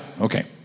okay